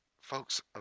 folks